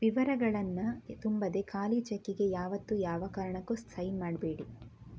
ವಿವರಗಳನ್ನ ತುಂಬದೆ ಖಾಲಿ ಚೆಕ್ಕಿಗೆ ಯಾವತ್ತೂ ಯಾವ ಕಾರಣಕ್ಕೂ ಸೈನ್ ಮಾಡ್ಬೇಡಿ